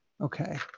okay